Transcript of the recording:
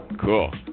cool